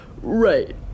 right